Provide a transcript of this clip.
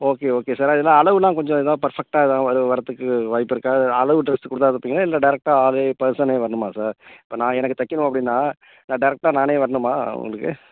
okay okay sir அதில்லாம் அளவெல்லாம் கொஞ்சம் இதா பெர்ஃபெக்ட்டா எதாவது வர வரதுக்கு வாய்ப்பு இருக்கா அளவு ட்ரெஸ் கொடுத்தா தைப்பீங்களா இல்லை டேரக்ட்டா ஆளே பர்சனே வரணுமா சார் இப்போ நான் எனக்கு தைக்கணும் அப்படின்னா நான் டேரெக்ட்டாக நானே வரணுமா உங்களுக்கு